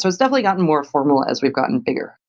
so it's definitely gotten more formalized as we've gotten bigger.